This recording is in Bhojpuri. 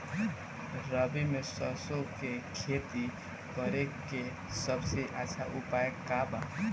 रबी में सरसो के खेती करे के सबसे अच्छा उपाय का बा?